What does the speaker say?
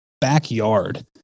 backyard